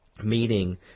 meeting